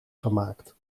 gemaakt